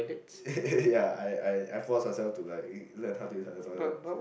ya I I I forced myself to like learn how to use the toilet